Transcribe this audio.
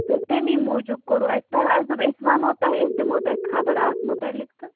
تہٕ تٔمی موٗجوٗب کوٚروٕ اَسہِ تۅہہِ اَسہِ دوٚپ أسۍ وَنو تۄہہِ أسۍ دِمو تۄہہِ خبر اَتھ مُتعلِق تہٕ